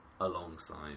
alongside